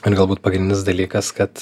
ir galbūt pagrindinis dalykas kad